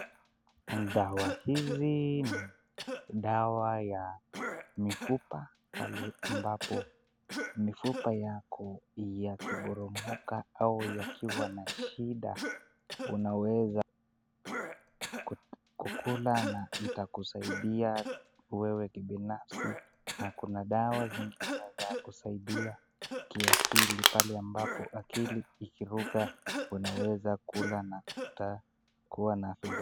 Dawa hizi ni dawa ya mifupa pale ambapo mifupa yako yakiporomoka au yakiwa na shida unaweza kukula na itakusaidia wewe kibinafsi na kuna dawa zingine za kusaidia kiakili pale ambapo akili ikikuruka unaweza kula na kutakuwa na...